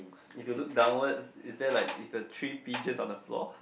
if you look downwards is there like is the three pigeons on the floor